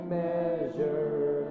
measure